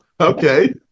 Okay